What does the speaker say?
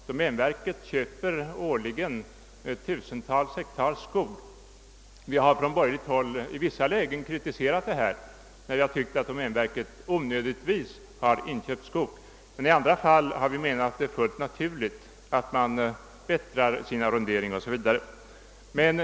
Domänverket köper årligen upp tusentals hektar skog. Vi har från borgerligt håll i vissa lägen kritiserat saken när vi tyckt att domänverket inköpt skog i onödan. Men i andra fall har vi menat det vara fullt naturligt att man förbättrar sin arrondering o.s. v.